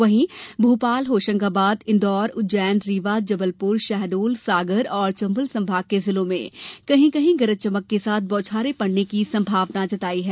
वहीं भोपाल होशंगाबाद इंदौर उज्जैन रीवा जबलपुर शहडोल ग्वालियर सागर और चम्बल संभाग के जिलों में कहीं कहीं गरज चमक के साथ बौछारें पड़ने की संभावना है